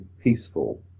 peaceful